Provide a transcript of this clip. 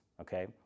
okay